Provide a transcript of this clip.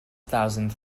thousand